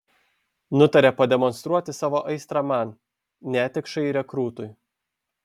nutarė pademonstruoti savo aistrą man netikšai rekrūtui